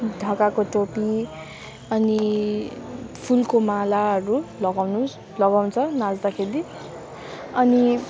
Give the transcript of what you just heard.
ढाकाको टोपी अनि फुलको मालाहरू लगाउनु लगाउँछ नाच्दाखेरि अनि